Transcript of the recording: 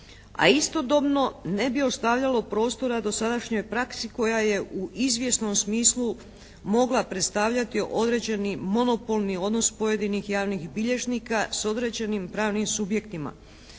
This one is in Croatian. a istodobno ne bi ostavljalo prostora dosadašnjoj praksi koja je u izvjesnom smislu mogla predstavljati određeni monopolni odnos pojedinih javnih bilježnika s određenim pravnim subjektima